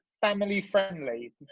family-friendly